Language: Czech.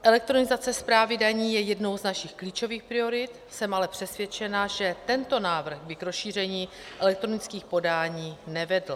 Elektronizace správy daní je jednou z našich klíčových priorit, jsem ale přesvědčena, že tento návrh by k rozšíření elektronických podání nevedl.